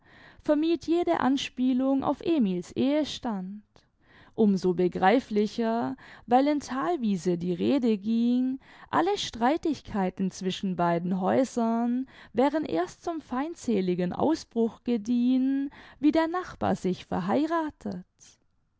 vermied jede anspielung auf emil's ehestand um so begreiflicher weil in thalwiese die rede ging alle streitigkeiten zwischen beiden häusern wären erst zum feindseligen ausbruch gediehen wie der nachbar sich verheirathet